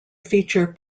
feature